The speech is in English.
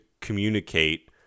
communicate